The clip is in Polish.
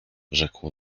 rzekł